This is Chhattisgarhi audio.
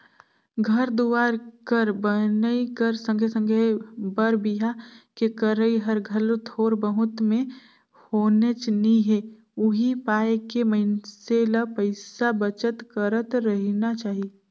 घर दुवार कर बनई कर संघे संघे बर बिहा के करई हर घलो थोर बहुत में होनेच नी हे उहीं पाय के मइनसे ल पइसा बचत करत रहिना चाही